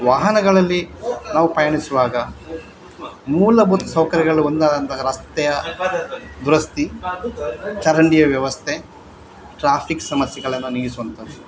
ವಾಹನಗಳಲ್ಲಿ ನಾವು ಪಯಣಿಸುವಾಗ ಮೂಲಭೂತ ಸೌಕರ್ಯಗಳಲ್ಲಿ ಒಂದಾದಂತಹ ರಸ್ತೆಯ ದುರಸ್ತಿ ಚರಂಡಿಯ ವ್ಯವಸ್ಥೆ ಟ್ರಾಫಿಕ್ ಸಮಸ್ಯೆಗಳನ್ನು ನೀಗಿಸುವಂಥದ್ದು